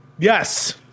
Yes